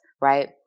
right